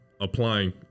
applying